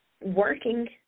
working